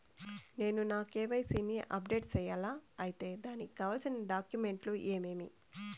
నేను నా కె.వై.సి ని అప్డేట్ సేయాలా? అయితే దానికి కావాల్సిన డాక్యుమెంట్లు ఏమేమీ?